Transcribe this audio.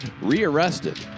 re-arrested